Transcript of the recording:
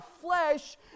flesh